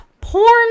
porn